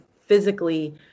physically